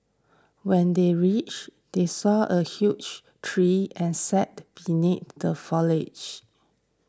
when they reached they saw a huge tree and sat beneath the foliage